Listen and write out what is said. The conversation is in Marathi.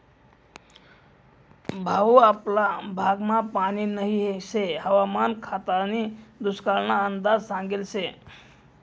भाऊ आपला भागमा पानी नही शे हवामान खातानी दुष्काळना अंदाज सांगेल शे